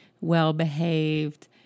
well-behaved